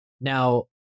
Now